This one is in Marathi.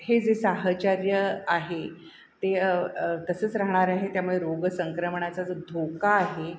हे जे साहचर्य आहे ते तसंच राहणार आहे त्यामुळे रोग संक्रमणाचा जो धोका आहे